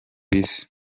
isi